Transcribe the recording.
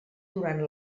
durant